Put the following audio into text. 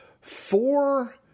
four